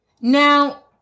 now